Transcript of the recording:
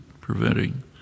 preventing